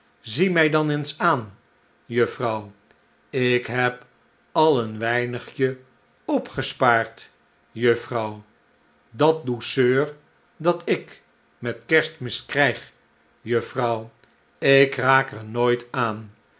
zie mij dan eens aan juffrouw ik heb al een weinigje opgespaard juffrouw dat douceur dat ik met kerstmis krijg juffrouw ik raak er nooit aan